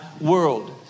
world